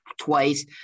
twice